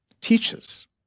teaches